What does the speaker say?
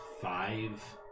five